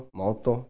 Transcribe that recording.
moto